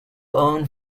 own